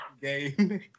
game